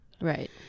Right